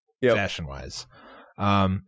Fashion-wise